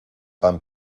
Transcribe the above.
pan